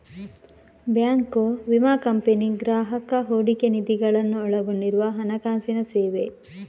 bank, ವಿಮಾ company, ಗ್ರಾಹಕ ಹೂಡಿಕೆ ನಿಧಿಗಳನ್ನು ಒಳಗೊಂಡಿರುವ ಹಣಕಾಸಿನ ಸೇವೆ